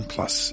Plus